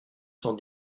cent